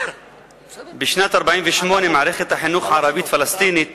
בשנת 1948 מערכת החינוך הערבית הפלסטינית